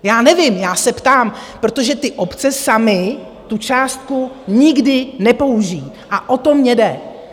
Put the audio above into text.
Já nevím, já se ptám, protože ty obce samy tu částku nikdy nepoužijí, a o to mně jde.